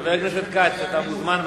חבר הכנסת כץ, אתה מוזמן.